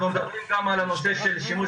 גם אופיר --- אנחנו מדברים גם על הנושא של שימוש